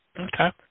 Okay